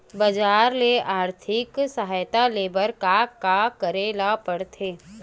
बजार ले आर्थिक सहायता ले बर का का करे ल पड़थे?